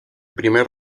primer